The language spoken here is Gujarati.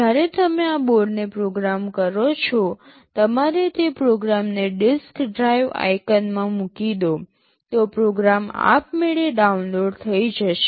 જ્યારે તમે આ બોર્ડને પ્રોગ્રામ કરો છો ત્યારે તમે તે પ્રોગ્રામને ડિસ્ક ડ્રાઇવ આયકનમાં મૂકી દો તે પ્રોગ્રામ આપમેળે ડાઉનલોડ થઈ જશે